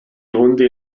hunde